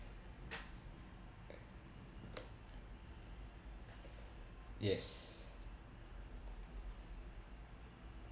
yes